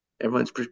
everyone's